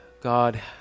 God